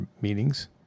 meetings